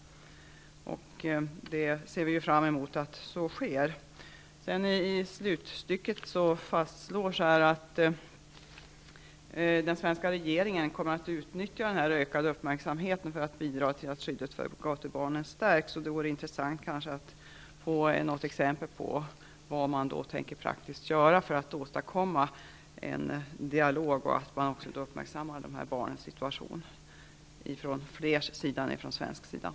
Vi ser fram emot att så sker. I slutet av svaret fastslås att den svenska regeringen kommer att utnyttja den ökade uppmärksamheten för att bidra till att skyddet för gatubarnen stärks. Det vore intressant att få något exempel på vad man praktiskt tänker göra för att åstadkomma en dialog och för att barnens situation skall uppmärksammas av flera länder.